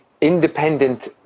independent